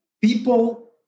people